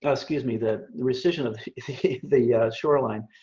ah excuse me. the the recession of the shoreline.